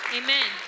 amen